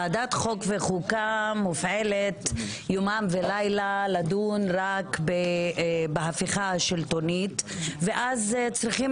ועדת החוקה מופעלת יומם ולילה לדון רק בהפיכה השלטונית ואז צריכים